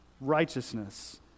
Righteousness